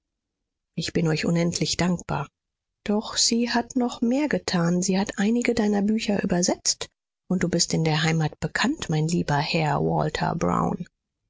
ich bin euch unendlich dankbar doch sie hat noch mehr getan sie hat einige deiner bücher übersetzt und du bist in der heimat bekannt mein lieber herr walther brown